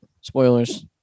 spoilers